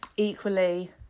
Equally